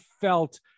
felt